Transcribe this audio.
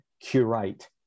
curate